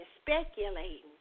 speculating